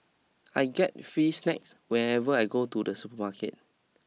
I get free snacks whenever I go to the supermarket